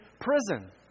prison